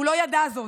הוא לא ידע זאת.